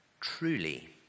truly